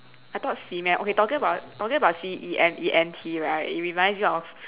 I thought cement okay talking about talking about C E M E N T right it reminds me of